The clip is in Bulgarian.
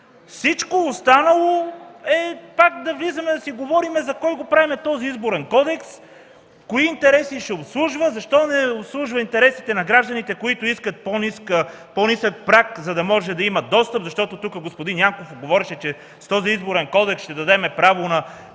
Всичко останало е да си говорим за кого го правим Изборния кодекс, кои интереси ще обслужва, защо не обслужва интересите на гражданите, които искат по-нисък праг, за да могат да имат достъп. Тук господин Янков говореше, че с този Изборен кодекс ще дадем право на